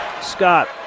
Scott